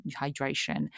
hydration